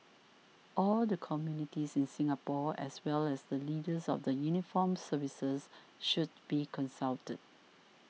all the communities in Singapore as well as the leaders of the uniformed services should be consulted